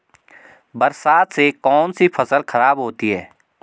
बरसात से कौन सी फसल खराब होती है?